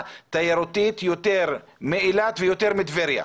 תיירותית יותר מאילת ויותר מטבריה,